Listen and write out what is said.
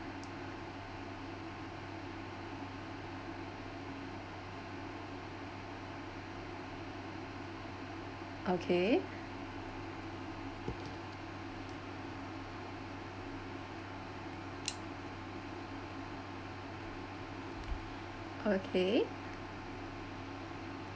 okay okay